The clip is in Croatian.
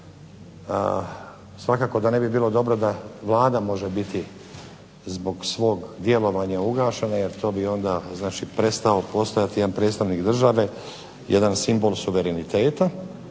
svakako da ne bi bilo dobro da Vlada može biti zbog svog djelovanja ugašena jer to bi onda znači prestao postojati jedan predstavnik države, jedan simbol suvereniteta,